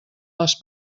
les